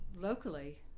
locally